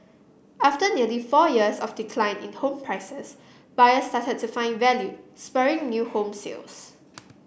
after nearly four years of decline in home prices buyers started to find value spurring new home sales